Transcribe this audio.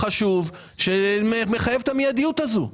אירוע חשוב שמחייב את המידיות הזאת.